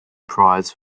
prize